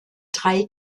drei